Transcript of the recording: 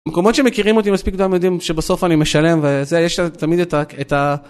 מקומות שמכירים אותי מספיק גם יודעים שבסוף אני משלם וזה יש תמיד את ה...